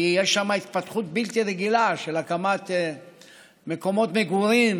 כי יש שם התפתחות בלתי רגילה של הקמת מקומות מגורים.